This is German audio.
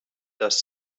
dass